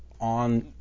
on